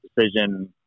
decision